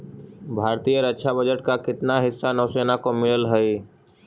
भारतीय रक्षा बजट का कितना हिस्सा नौसेना को मिलअ हई